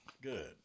Good